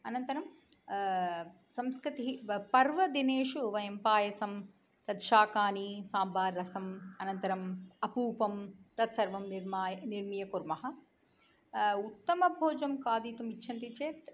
अनन्तरं संस्कृतिः वा पर्वदिनेषु वयं पायसं तत् शाकानि साम्बार् रसम् अनन्तरम् अपूपं तत् सर्वं निर्माय निर्मीय कुर्मः उत्तमं भोजनं खादितुम् इच्छन्ति चेत्